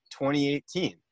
2018